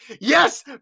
yes